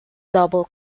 double